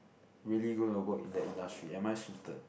really going to work in the industry am I suited